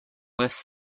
less